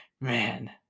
man